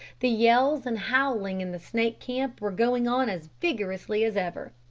the yells and howling in the snake camp were going on as vigorously as ever.